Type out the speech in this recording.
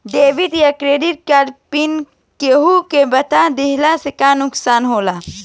Debit या credit card PIN केहूके बता दिहला से का नुकसान ह?